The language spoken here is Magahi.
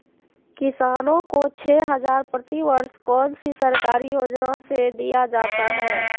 किसानों को छे हज़ार प्रति वर्ष कौन सी सरकारी योजना से दिया जाता है?